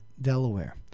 Delaware